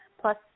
plus